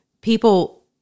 people